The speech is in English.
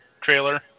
trailer